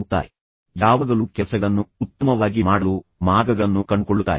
ಈ ಮಾನದಂಡವು ಸಾಕು ಎಂದು ನೀವು ಹೇಳಿದರೂ ಅವರು ಯಾವಾಗಲೂ ಕೆಲಸಗಳನ್ನು ಉತ್ತಮವಾಗಿ ಮಾಡಲು ಮಾರ್ಗಗಳನ್ನು ಕಂಡುಕೊಳ್ಳುತ್ತಾರೆ